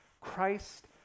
Christ